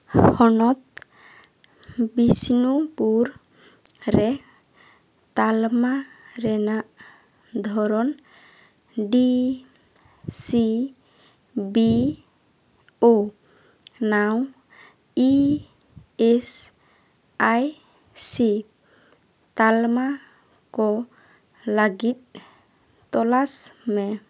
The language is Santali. ᱦᱚᱱᱚᱛ ᱵᱤᱥᱱᱩᱯᱩᱨ ᱨᱮ ᱛᱟᱞᱢᱟ ᱨᱮᱱᱟᱜ ᱫᱷᱚᱨᱚᱱ ᱰᱤ ᱥᱤ ᱵᱤ ᱳ ᱱᱟᱣ ᱤ ᱮᱥ ᱟᱭ ᱥᱤ ᱛᱟᱞᱢᱟ ᱠᱚ ᱞᱟᱹᱜᱤᱫ ᱛᱚᱞᱟᱥ ᱢᱮ